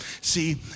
See